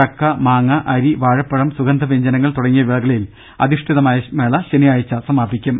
ചക്ക മാങ്ങ അരി വാഴപ്പഴം സുഗന്ധവൃജ്ഞനങ്ങൾ തുടങ്ങിയ വിളകളിൽ അധിഷ്ഠിത മായ മേള ശനിയാഴ്ച സമാപിക്കും